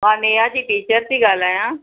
मां नेहा जी टीचर थी ॻाल्हायां